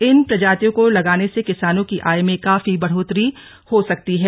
इन प्रजातियों को लगाने से किसानों की आय में काफी बढ़ोत्तरी हो सकती है